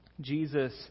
Jesus